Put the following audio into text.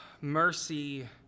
mercy